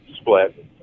split